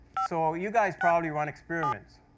so you guys probably run experiments,